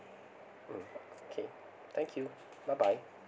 mm okay thank you bye bye